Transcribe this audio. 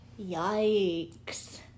Yikes